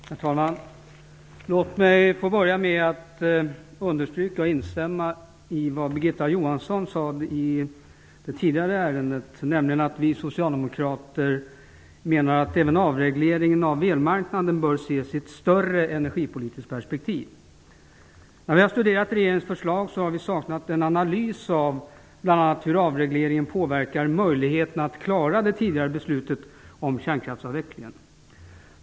Herr talman! Låt mig få börja med att understryka och instämma i vad Birgitta Johansson sade i det tidigare ärendet, nämligen att vi socialdemokrater menar att även avregleringen av elmarknaden bör ses i ett större energipolitiskt perspektiv. När vi har studerat regeringens förslag har vi saknat en analys av bl.a. hur avregleringen påverkar möjligheterna att klara det tidigare beslutet om kärnkraftsavvecklingen.